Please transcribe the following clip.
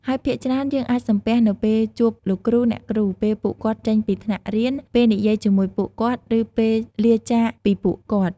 ហើយភាគច្រើន យើងអាចសំពះនៅពេលជួបលោកគ្រូ អ្នកគ្រូ ពេលពួកគាត់ចេញពីថ្នាក់រៀន ពេលនិយាយជាមួយពួកគាត់ ឬពេលលាចាកពីពួកគាត់។